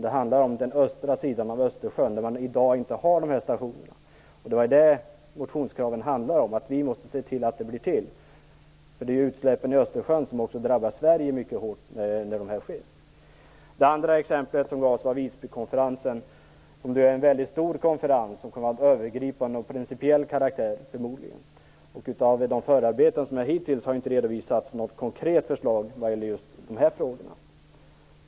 Det handlar om den östra sidan av Östersjön, där man i dag inte har några sådana stationer. Det var det motionskraven handlade om - vi måste se till att de blir till. Utsläppen i Östersjön drabbar också Sverige mycket hårt. Det andra exemplet som gavs var Visbykonferensen, som är en väldigt stor konferens och förmodligen kommer att ha övergripande och principiell karaktär. I förarbetena har det hittills inte redovisats något konkret förslag när det gäller just de här frågorna.